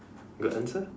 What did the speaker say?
good answer